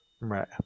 Right